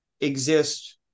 exist